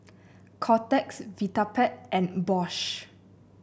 Kotex Vitapet and Bosch